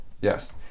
Yes